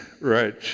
right